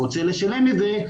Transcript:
רוצה לשלם את זה,